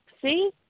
See